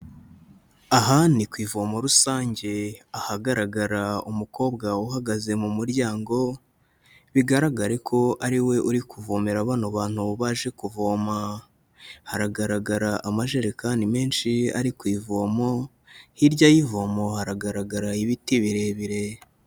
Aha ni ku ivomo rusange, ahagaragara umukobwa uhagaze mu muryango, bigaragare ko ariwe uri kuvomera bano abantu baje kuvoma, haragaragara amajerekani menshi ari ku ivomo, hirya y'ivomo haragaragara ibiti birebire.